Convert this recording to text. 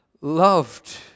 Loved